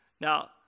Now